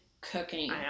cooking